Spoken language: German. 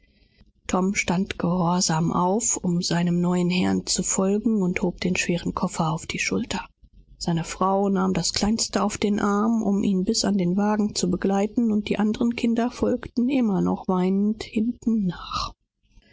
tom erhob sich geduldig um seinem neuen herrn zu folgen und legte den schweren kasten auf seine schulter seine frau nahm das jüngste kind auf den arm um ihn bis an den wagen zu begleiten und die andern kinder noch immer weinend